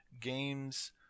games